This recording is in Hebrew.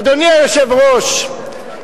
אדוני היושב-ראש,